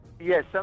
Yes